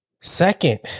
second